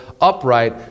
upright